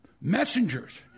messengers—